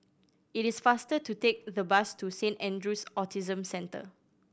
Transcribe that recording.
it is faster to take the bus to Saint Andrew's Autism Center